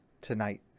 tonight